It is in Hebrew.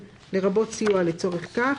לרבות סיוע לצורך כך,